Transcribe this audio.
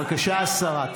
בבקשה, השרה.